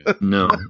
No